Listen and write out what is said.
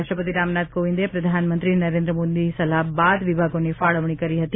રાષ્ટ્રપતિ રામનાથ કોવિંદે પ્રધાનમંત્રી નરેન્દ્ર મોદીની સલાહ બાદ વિભાગોની ફાળવણી કરી હતી